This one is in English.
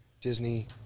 Disney